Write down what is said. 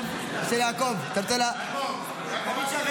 אם כן,